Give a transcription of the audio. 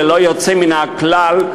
ללא יוצא מן הכלל,